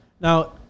Now